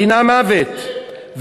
דינה מוות,